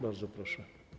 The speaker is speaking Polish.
Bardzo proszę.